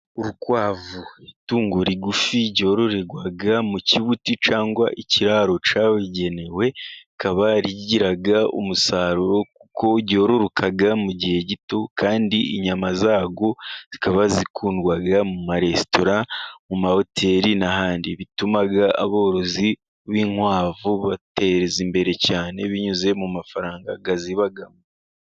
Urukwavu itungo rigufi ryororerwa mu kibuti, cyangwa se ikiraro cyabigenewe. Rikaba rigira umusaruro kuko ryororoka mu gihe gito, kandi inyama zarwo zikaba zikundwa mu maresitora, mu mahoteli n'ahandi. Bituma aborozi b'inkwavu biteza imbere cyane binyuze mu mafaranga azibamo.